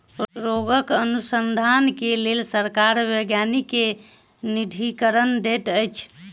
रोगक अनुसन्धान के लेल सरकार वैज्ञानिक के निधिकरण दैत अछि